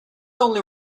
only